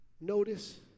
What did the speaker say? notice